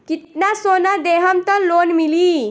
कितना सोना देहम त लोन मिली?